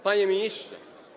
Panie Ministrze!